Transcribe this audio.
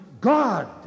God